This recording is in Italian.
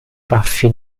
baffi